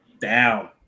down